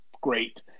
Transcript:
great